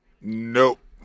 Nope